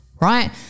right